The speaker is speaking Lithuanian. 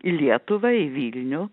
į lietuvą į vilnių